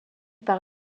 par